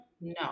No